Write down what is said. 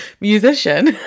Musician